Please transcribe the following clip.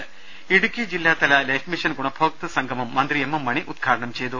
രുഭ ഇടുക്കി ജില്ലാതല life mission ഗുണഭോക്ത സംഗമം മന്ത്രി എം എം മണി ഉദ്ഘാടനം ചെയ്തു